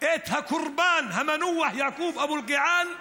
את הקורבן המנוח יעקוב אבו אלקיעאן,